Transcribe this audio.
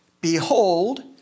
Behold